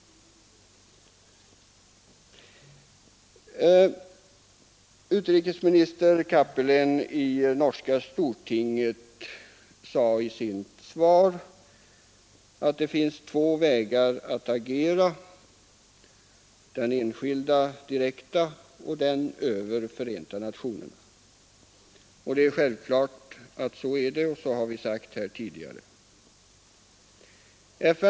Utrikesminister Cappelen i norska stortinget sade i sitt svar att det finns två vägar att agera: den enskilda direkta och den över Förenta nationerna. Det är självklart att så är det och så har vi också tidigare sagt.